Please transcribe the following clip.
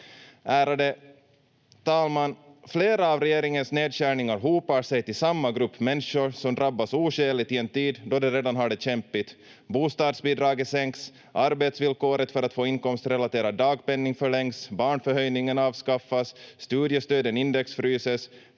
Ärade talman! Flera av regeringens nedskärningar hopar sig till samma grupp människor som drabbas oskäligt i en tid då de redan har det kämpigt. Bostadsbidraget sänks, arbetsvillkoret för att få inkomstrelaterad dagpenning förlängs, barnförhöjningen avskaffas, studiestöden indexfryses,